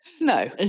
No